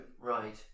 Right